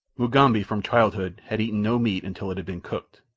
mugambi from childhood had eaten no meat until it had been cooked,